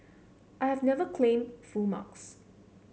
I have never claimed full marks